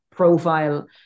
profile